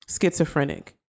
schizophrenic